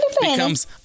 becomes